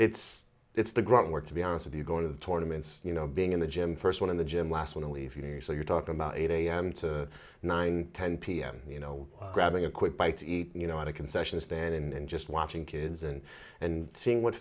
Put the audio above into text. it's it's the grunt work to be honest with you going to the tournament you know being in the gym first one in the gym last one to leave so you're talking about eight am to nine ten pm you know grabbing a quick bite to eat you know on a concession stand and just watching kids and and seeing what